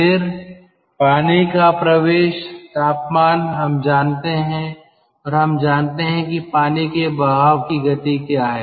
फिर पानी का प्रवेश तापमान हम जानते हैं और हम जानते हैं कि पानी के बहाव की गति क्या है